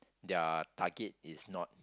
their target is not